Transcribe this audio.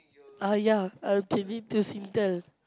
ah ya I'm changing to Singtel